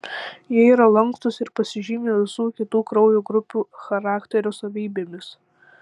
jie yra lankstūs ir pasižymi visų kitų kraujo grupių charakterio savybėmis